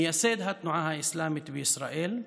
מייסד התנועה האסלאמית בישראל,